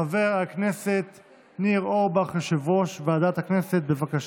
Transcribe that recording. חבר הכנסת ניר אורבך, יושב-ראש ועדת הכנסת, בבקשה.